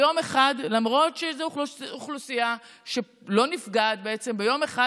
למרות שזו אוכלוסייה שלא נפגעת, בעצם, ביום אחד